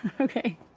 Okay